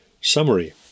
summary